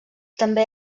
també